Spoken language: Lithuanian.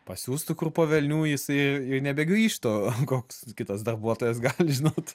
pasiųstų kur po velnių jisai ir nebegrįžtų koks kitas darbuotojas gali žinot